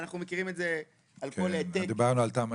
ואנחנו מכירים את זה על כל -- דיברנו על תמ"א